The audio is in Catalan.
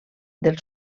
del